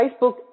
facebook